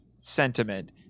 sentiment